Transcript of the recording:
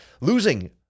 losing